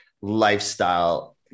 lifestyle